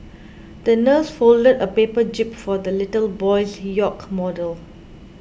the nurse folded a paper jib for the little boy's yacht model